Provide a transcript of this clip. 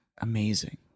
Amazing